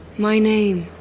my name,